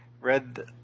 read